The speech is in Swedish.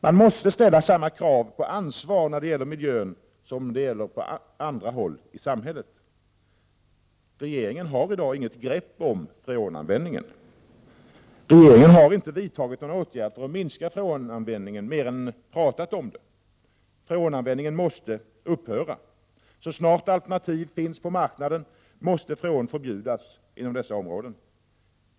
Man måste ställa samma krav på ansvar när det gäller miljön som på andra områden i samhället. Regeringen har i dag inget grepp om freonanvändningen. Regeringen har inte vidtagit någon åtgärd för att minska freonanvändningen mer än pratat om det. Freonanvändningen måste upphöra. Så snart alternativ finns på marknaden måste freon förbjudas inom därav berörda områden.